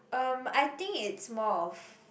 um I think it's more of